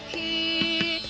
the